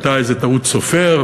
הייתה איזו טעות סופר,